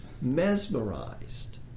mesmerized